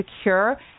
secure